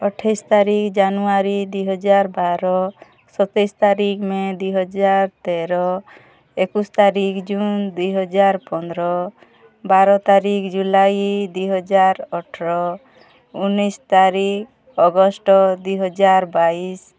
ଅଠେଇଶ ତାରିଖ ଜାନୁୟାରୀ ଦୁଇ ହଜାର ବାର ସତେଇଶ ତାରିଖ ମେ' ଦୁଇ ହଜାର ତେର ଏକୋଇଶ ତାରିଖ ଜୁନ୍ ଦୁଇ ହଜାର ପନ୍ଦର ବାର ତାରିଖ ଜୁଲାଇ ଦୁଇ ହଜାର ଅଠର ଉଣେଇଶ ତାରିଖ ଅଗଷ୍ଟ ଦୁଇ ହଜାର ବାଇଶ